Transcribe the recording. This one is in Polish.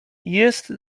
jest